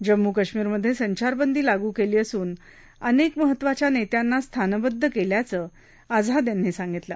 जम्मू कश्मीरमधे संचारबंदी लागू केली असून अनेक महत्त्वाच्या नेत्यांना स्थानबद्व केल्याचं आझाद यांनी सांगितलं